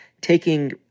taking